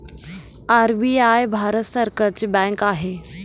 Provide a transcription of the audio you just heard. RBI Bharat सरकारची bank आहे